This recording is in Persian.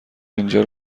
اینجا